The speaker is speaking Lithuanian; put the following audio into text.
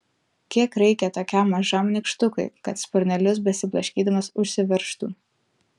kiek reikia tokiam mažam nykštukui kad sparnelius besiblaškydamas užsiveržtų